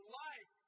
life